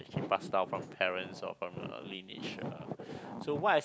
pass down from parents or from uh lineage uh so what is